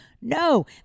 no